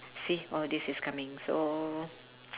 see all this is coming so